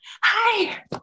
hi